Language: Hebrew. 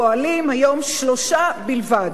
פועלים היום שלושה בלבד.